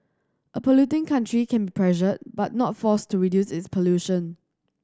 a polluting country can be pressured but not forced to reduce its pollution